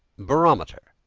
barometer,